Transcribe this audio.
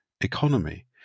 economy